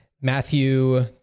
Matthew